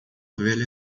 velha